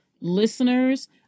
listeners